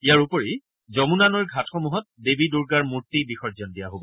ইয়াৰ উপৰি যমুনা নৈৰ ঘাটসমূহত দেৱী দুৰ্গাৰ মূৰ্তি বিসৰ্জন দিয়া হব